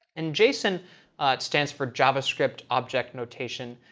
and json stands for javascript object notation,